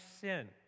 sin